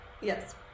yes